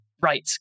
right